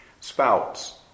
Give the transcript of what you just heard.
spouts